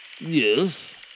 Yes